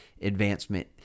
advancement